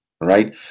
right